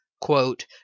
Quote